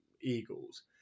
Eagles